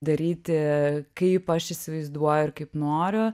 daryti kaip aš įsivaizduoju ir kaip noriu